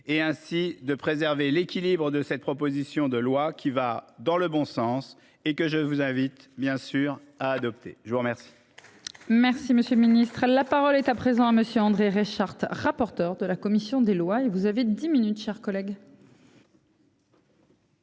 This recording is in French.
et ainsi de préserver l'équilibre de cette. Proposition de loi qui va dans le bon sens et que je vous invite bien sûr à adopter. Je vous remercie. Merci, monsieur le Ministre, la parole est à présent à Monsieur André Reichardt rapporteur de la commission des lois et vous avez 10 minutes, chers collègues.